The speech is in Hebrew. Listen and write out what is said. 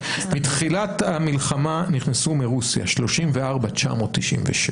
מתחילת המלחמה נכנסו מרוסיה 34,966,